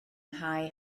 nghae